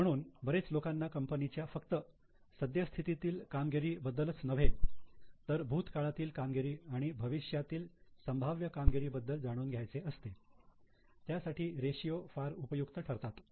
म्हणून बरेच लोकांना कंपनीच्या फक्त सद्यस्थितीतील कामगिरी बद्दलच नव्हे तर भूतकाळातील कामगिरी आणि भविष्यातील संभाव्य कामगिरी बद्दल जाणून घ्यायचे असते त्यासाठी रेषीयो फार उपयुक्त ठरतात